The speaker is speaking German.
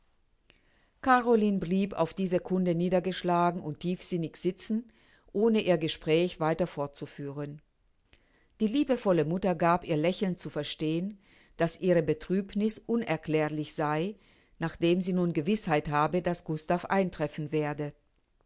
caroline blieb auf diese kunde niedergeschlagen und tiefsinnig sitzen ohne ihr gespräch weiter fortzuführen die liebevolle mutter gab ihr lächelnd zu verstehen daß ihre betrübniß unerklärlich sei nachdem sie nun gewißheit habe daß gustav eintreffen werde